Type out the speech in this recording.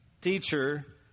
teacher